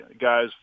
guys